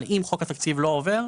אבל אם חוק התקציב לא עובר,